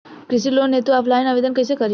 कृषि लोन हेतू ऑफलाइन आवेदन कइसे करि?